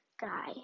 guy